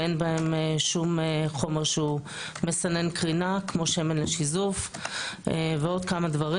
ואין בהם שום חומר מסנן קרינה כמו שמן לשיזוף ועוד כמה דברים.